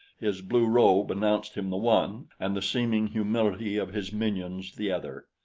his blue robe announced him the one and the seeming humility of his minions the other.